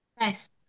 Nice